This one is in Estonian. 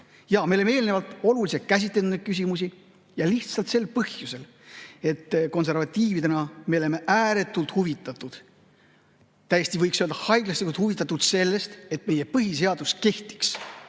Jaa, me oleme eelnevalt oluliselt käsitlenud neid küsimusi ja lihtsalt sel põhjusel, et konservatiividena me oleme ääretult huvitatud, võiks täiesti öelda, haiglaselt huvitatud sellest, et meie põhiseadus kehtiks,